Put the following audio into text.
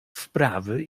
wprawy